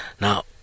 Now